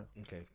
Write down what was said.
Okay